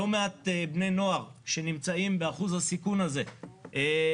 לא מעט בני נוער שנמצאים באחוז הסיכון הזה לא